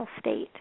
state